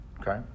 Okay